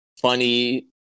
funny